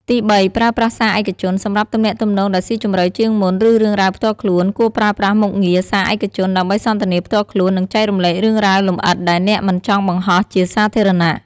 ទីបី ប្រើប្រាស់សារឯកជន សម្រាប់ទំនាក់ទំនងដែលស៊ីជម្រៅជាងមុន ឬរឿងរ៉ាវផ្ទាល់ខ្លួន គួរប្រើប្រាស់មុខងារ សារឯកជន ដើម្បីសន្ទនាផ្ទាល់ខ្លួន និងចែករំលែករឿងរ៉ាវលម្អិតដែលអ្នកមិនចង់បង្ហោះជាសាធារណៈ។